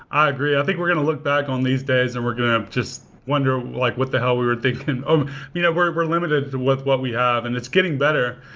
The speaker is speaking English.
i agree. i think we're going to look back on these days and we're going to just wonder like what the hell we were thinking. um you know we're we're limited to what what we have, and it's getting better.